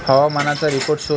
हवामानाचा रिपोर्ट शोध